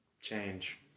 change